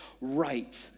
Right